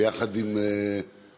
ביחד עם כולם,